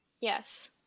Yes